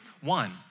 one